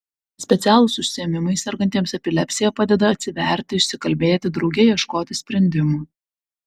specialūs užsiėmimai sergantiems epilepsija padeda atsiverti išsikalbėti drauge ieškoti sprendimų